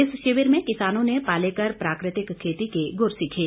इस शिविर में किसानों ने पालेकर प्राकृतिक खेती के गुर सीखे